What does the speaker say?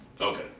Okay